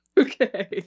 Okay